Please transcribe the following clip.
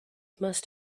must